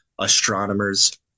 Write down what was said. astronomers